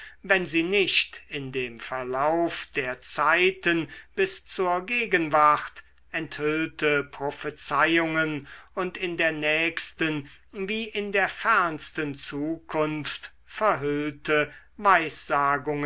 wenn sie nicht in dem verlauf der zeiten bis zur gegenwart enthüllte prophezeiungen und in der nächsten wie in der fernsten zukunft verhüllte